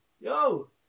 Yo